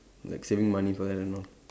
like saving money for that and all